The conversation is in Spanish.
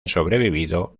sobrevivido